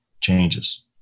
changes